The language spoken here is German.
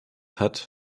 hat